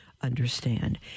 understand